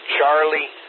Charlie